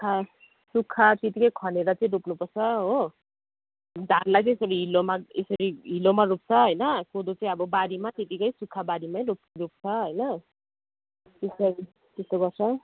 सुक्खा सुक्खा चिजले खनेर चाहिँ रोप्नुपर्छ हो धानलाई चाहिँ फेरि हिलोमा यसरी हिलोमा रोप्छ होइन कोदो चाहिँ बारीमा त्यतिकै सुक्खा बारीमा रोप् रोप्छ होइन त्यसरी त्यसो गर्छ